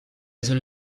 seule